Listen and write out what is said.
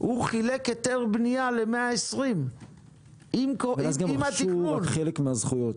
הוא חילק היתר בנייה ל-120 עם --- אבל אז גם רכשו רק חלק מהזכויות,